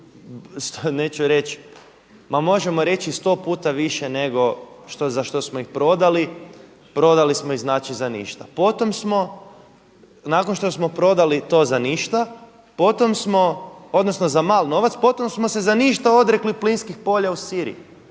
neću reći, ma možemo reći i sto puta više nego za što smo ih prodali, prodali smo ih znači za ništa. Potom smo, nakon što smo ih prodali to za ništa potom smo, odnosno za mali novac, potom smo se za ništa odrekli plinskih polja u Siriji.